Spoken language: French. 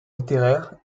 littéraires